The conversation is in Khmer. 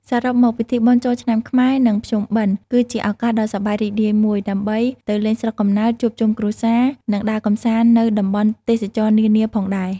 សរុបមកពិធីបុណ្យចូលឆ្នាំខ្មែរ និងភ្ជុំបិណ្ឌគឺជាឱកាសដ៏សប្បាយរីករាយមួយ ដើម្បីទៅលេងស្រុកកំណើត ជួបជុំគ្រួសារ និងដើរកំសាន្តទៅតំបន់ទេសចរណ៍នានាផងដែរ។